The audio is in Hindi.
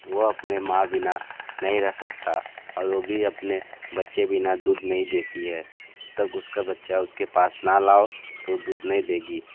वह अपने माँ बिना नहीं रह सकता और वह भी अपने बच्चे बिना दूध नहीं देती है जब तक उसका बच्चा उसके पास न लाओ तो दूध नहीं देगी